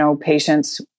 patients